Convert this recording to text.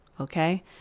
okay